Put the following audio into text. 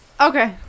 Okay